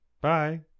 Bye